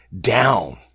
down